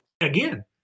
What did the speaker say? again